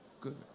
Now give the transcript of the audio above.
good